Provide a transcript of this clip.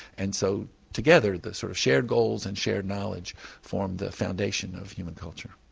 and so together the sort of shared goals and shared knowledge form the foundation of human culture.